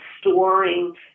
storing